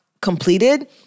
completed